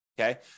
okay